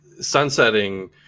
sunsetting